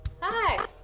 Hi